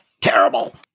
Terrible